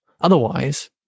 Otherwise